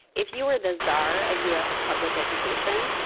if you were the czar of u s. public education,